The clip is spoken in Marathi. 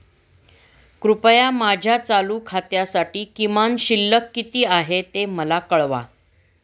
कृपया माझ्या चालू खात्यासाठी किमान शिल्लक किती आहे ते मला कळवा